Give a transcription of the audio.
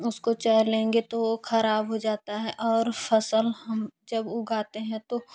उसको चर लेंगे तो वह ख़राब हो जाता है और फसल हम जब उगाते है तो